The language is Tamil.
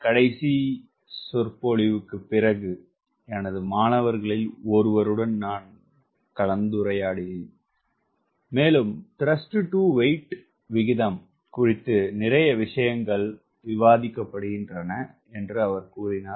கடைசி சொற்பொழிவுக்குப் பிறகு எனது மாணவர்களில் ஒருவருடன் நான் கலந்துரையாடினேன் மேலும் த்ருஸ்ட் டு வெயிட் விகிதம் குறித்து நிறைய விஷயங்கள் விவாதிக்கப்படுகின்றன என்று அவர் கூறினார்